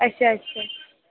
अच्छा अच्छा